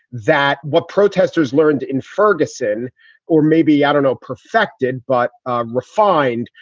that what protesters learned in ferguson or maybe, i don't know, perfected but refined?